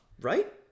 Right